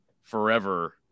forever